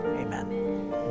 Amen